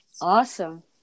Awesome